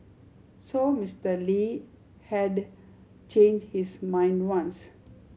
so Mister Lee had change his mind once